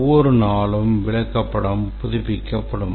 ஒவ்வொரு நாளும் விளக்கப்படம் புதுப்பிக்கப்படும்